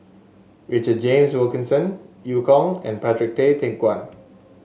Richard James Wilkinson Eu Kong and Patrick Tay Teck Guan